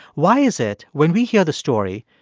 why is it when we hear the story,